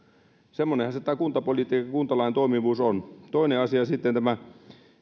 semmoinenhan se tämä kuntapolitiikan kuntalain toimivuus on toinen asia sitten tämä